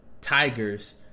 Tigers